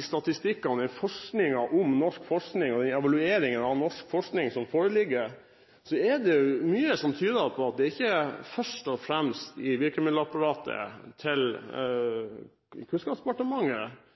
statistikkene når det gjelder norsk forskning, og den evalueringen av norsk forskning som foreligger, er det mye som tyder på at det ikke først og fremst er i virkemiddelapparatet til Kunnskapsdepartementet